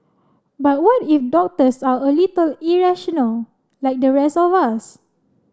but what if doctors are a little irrational like the rest of us